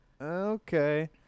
okay